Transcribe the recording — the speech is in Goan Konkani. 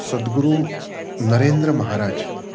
सदगुरू नरेंद्र महाराज